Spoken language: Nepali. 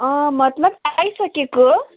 अँ मतलब आइसकेको